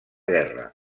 guerra